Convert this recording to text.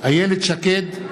איילת שקד,